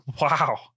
wow